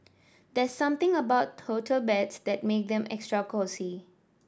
there's something about hotel beds that made them extra cosy